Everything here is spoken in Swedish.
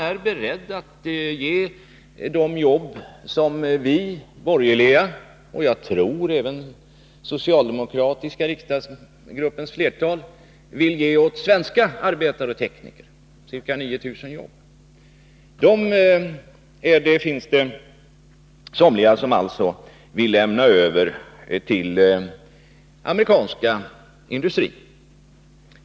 Det är många jobb som vi borgerliga — och jag tror även den socialdemokratiska riksdagsgruppens flertal — vill ge åt svenska arbetare och tekniker. Det rör sig om ca 9 000 arbetstillfällen. Men det finns somliga som vill lämna över jobben till den amerikanska industrin.